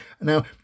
Now